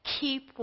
Keep